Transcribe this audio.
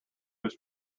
was